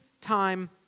time